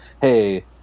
hey